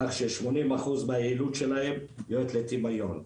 כך ש-80% מהיעילות שלהם יורדת לטמיון.